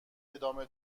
ادامه